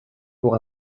pour